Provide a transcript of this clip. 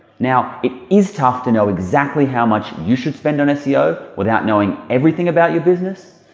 now it is tough to know exactly how much you should spend on seo without knowing everything about your business,